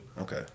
Okay